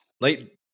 Late